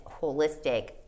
holistic